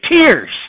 tears